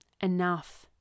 enough